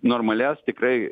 normalias tikrai